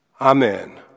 Amen